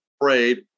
prayed